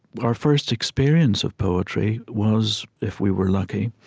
our first experience of poetry was, if we were lucky,